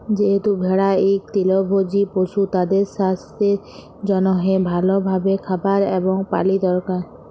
যেহেতু ভেড়া ইক তৃলভজী পশু, তাদের সাস্থের জনহে ভাল ভাবে খাবার এবং পালি দরকার